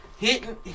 hitting